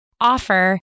offer